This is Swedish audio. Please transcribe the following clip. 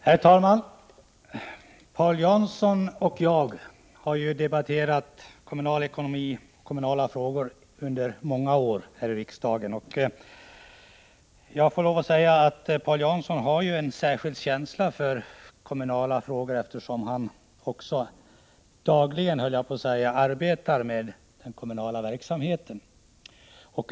Herr talman! Paul Jansson och jag har ju debatterat kommunal ekonomi och kommunala frågor under många år här i kammaren. Och Paul Jansson har en särskild känsla för kommunala frågor, eftersom han ju är kommunalman och nästan dagligen arbetar med frågor som rör den kommunala verksamheten.